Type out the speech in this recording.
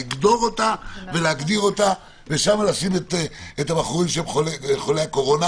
לגדור אותה ושם לשים את הבחורים חולי הקורונה.